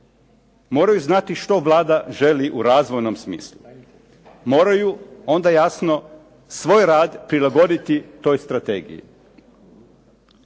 moraju znati što Vlada želi u razvojnom smislu, moraju onda jasno svoj rad prilagoditi toj strategiji.